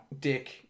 Dick